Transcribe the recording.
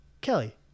Kelly